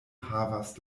havas